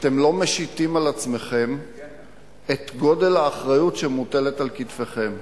אתם לא משיתים על עצמכם את גודל האחריות שמוטלת על כתפכם.